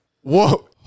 Whoa